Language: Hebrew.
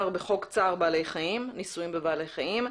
בחוק צער בעלי חיים (ניסויים בבעלי חיים),